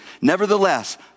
Nevertheless